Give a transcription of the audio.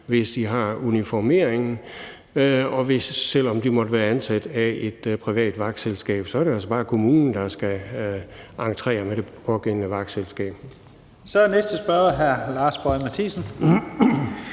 hvis de har uniformeringen, selv om de måtte være ansat af et privat vagtselskab. Så er det altså bare kommunen, der skal entrere med det pågældende vagtselskab. Kl. 16:01 Første næstformand